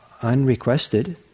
unrequested